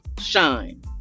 shine